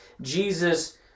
Jesus